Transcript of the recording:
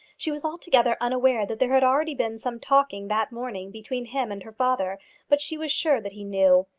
she was altogether unaware that there had already been some talking that morning between him and her father but she was sure that he knew.